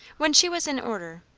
when she was in order,